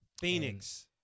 Phoenix